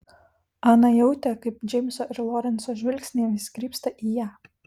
ana jautė kaip džeimso ir lorenco žvilgsniai vis krypsta į ją